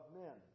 men